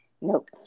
Nope